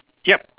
yup